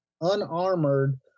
unarmored